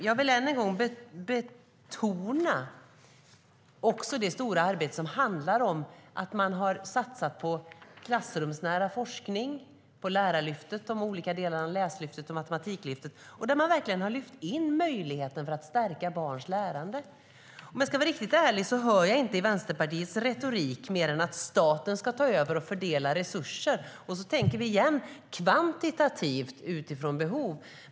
Jag vill än en gång betona den stora satsningen på klassrumsnära forskning och på Lärarlyftet, de båda delarna Läslyftet och Matematiklyftet. Man har verkligen lyft in möjligheten att stärka barns lärande. Om jag ska vara riktigt ärlig hör jag i Vänsterpartiets retorik inte något mer än att staten ska ta över och fördela resurserna. Då tänker vi åter kvantitativt utifrån behov.